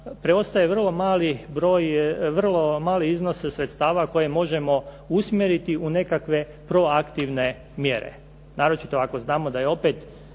broj, vrlo mali iznos sredstava koje možemo usmjeriti u nekakve pro aktivne mjere